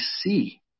see